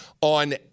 on